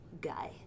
Guy